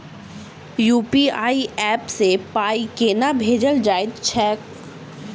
UPI app सँ पाई केना भेजल जाइत छैक?